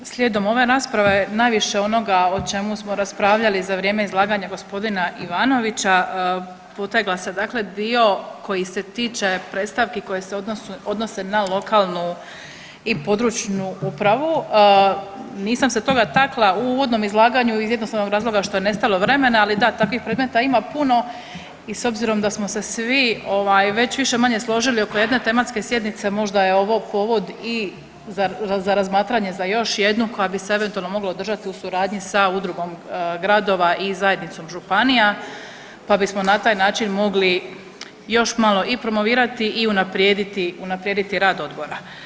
Slijedom ove rasprave najviše onoga o čemu smo raspravljali za vrijeme izlaganja g. Ivanovića potegla se dio koji se tiče predstavki koje se odnose na lokalnu i području upravu, nisam se toga takla u uvodnom izlaganju iz jednostavnog razloga što je nestalo vremena, ali da takvih predmeta ima puno i s obzirom da smo se svi već više-manje složili oko jedne tematske sjednice možda je ovo povod i za razmatranje za još jednu koja bi se eventualno mogla održati u suradnji sa Udrugom gradova i zajednicom županija pa bismo na taj način mogli još malo i promovirati i unaprijediti rad odbora.